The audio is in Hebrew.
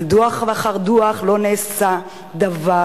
אבל דוח אחרי דוח לא נעשה דבר,